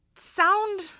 Sound